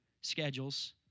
schedules